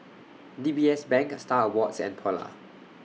D B S Bank STAR Awards and Polar